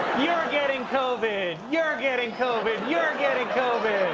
getting covid, you're getting covid, you're getting covid!